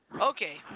Okay